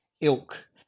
ilk